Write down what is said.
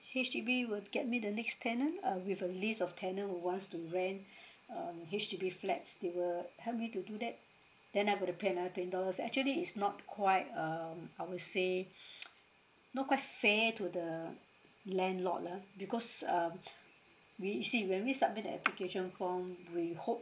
H_D_B will get me the next tenant uh with a list of tenant who wants to rent a H_D_B flat they will help me to do that then I got to pay another twenty dollars actually it's not quite um I would say not quite fair to the landlord lah because um we you see when we submit the application form we hope